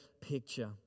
picture